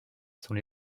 sont